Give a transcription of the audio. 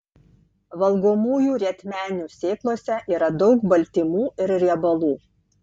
valgomųjų rietmenių sėklose yra daug baltymų ir riebalų